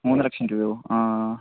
മൂന്ന് ലക്ഷം രൂപയോ ആ